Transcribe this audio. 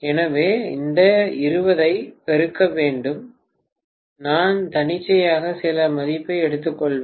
எனவே இந்த 20 ஐ பெருக்க வேண்டும் நான் தன்னிச்சையாக சில மதிப்பை எடுத்துக்கொள்வேன்